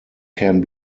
can